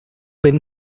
been